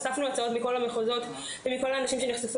אספנו הצעות מכל המחוזות ומכל האנשים שנחשפו